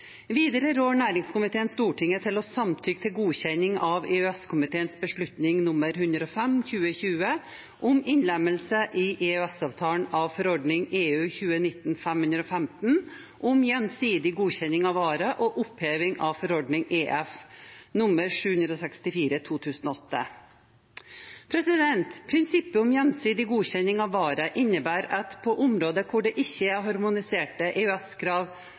Videre rår næringskomiteen Stortinget til å samtykke til godkjenning av EØS-komiteens beslutning nr. 105/2020 om innlemmelse i EØS-avtalen av forordning av 2019/515 om gjensidig godkjenning av varer og oppheving av forordning nr. 764/2008. Prinsippet om gjensidig godkjenning av varer innebærer at på områder der det ikke er harmoniserte